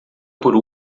por